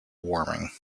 warming